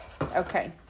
Okay